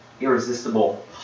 irresistible